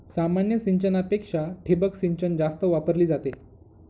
सामान्य सिंचनापेक्षा ठिबक सिंचन जास्त वापरली जाते